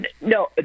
No